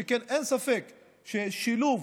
שכן אין ספק ששילוב